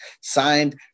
signed